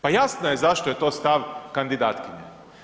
Pa jasno je zašto je to stav kandidatkinje.